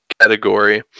category